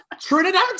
Trinidad